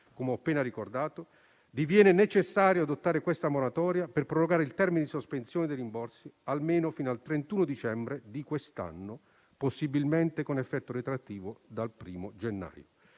come appena ricordato, diviene necessario adottare questa moratoria per prorogare il termine di sospensione dei rimborsi almeno fino al 31 dicembre di quest'anno con effetto retroattivo al 1 gennaio.